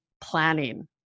planning